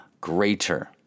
greater